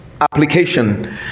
application